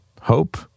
hope